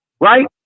right